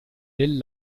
del